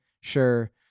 sure